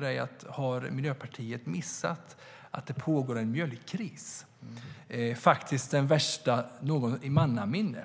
dig: Har Miljöpartiet missat att det pågår en mjölkkris? Det är faktiskt den värsta i mannaminne.